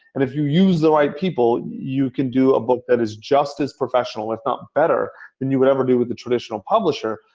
and if you use the right people, you can do a book that is just as professional, if not better than you would ever do with the traditional publisher,